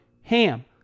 HAM